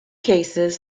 cases